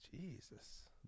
Jesus